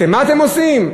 מה אתם עושים?